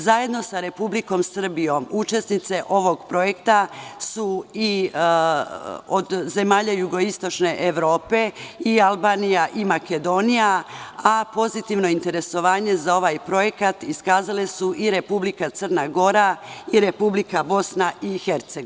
Zajedno sa Republikom Srbijom, učesnice ovog projekta su od zemalja jugoistočne Evrope i Albanija i Makedonija, a pozitivno interesovanje za ovaj projekat iskazale su i Republika Crna Gora i Republika BiH.